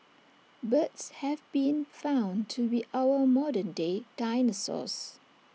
birds have been found to be our modern day dinosaurs